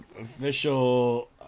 official